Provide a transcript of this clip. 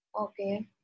Okay